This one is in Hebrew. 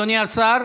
אדוני השר,